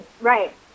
Right